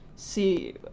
See